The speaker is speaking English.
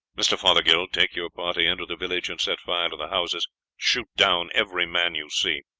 mr. fothergill, take your party into the village and set fire to the houses shoot down every man you see.